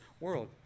world